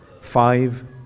five